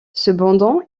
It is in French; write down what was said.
cependant